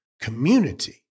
community